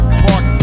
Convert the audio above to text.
park